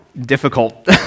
difficult